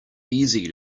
easy